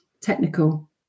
technical